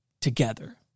together